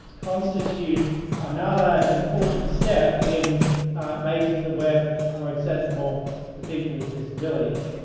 constitute another important step in making the web more accessible to people with disabilities.